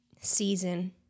season